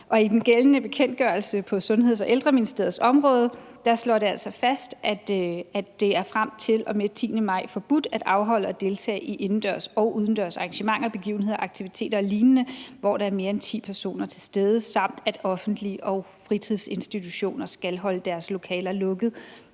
i den gældende bekendtgørelse på Sundheds- og Ældreministeriets område slås det fast, at det frem til og med den 10. maj er forbudt at afholde og deltage i indendørs og udendørs arrangementer, begivenheder, aktiviteter og lignende, hvor der er mere end ti personer til stede, samt at offentlige kultur- og fritidsinstitutioner skal holde deres lokaler lukket